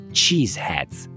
cheeseheads